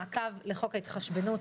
בנושא מעקב לחוק ההתחשבנות,